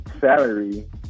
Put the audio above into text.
salary